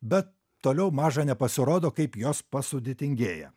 bet toliau maža nepasirodo kaip jos pasudėtingėja